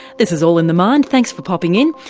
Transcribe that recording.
this is all in the mind, thanks for popping in.